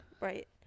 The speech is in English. Right